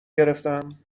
گرفتم